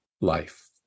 life